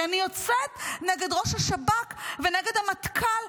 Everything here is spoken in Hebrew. כי אני יוצאת נגד ראש השב"כ ונגד המטכ"ל.